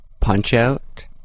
Punch-Out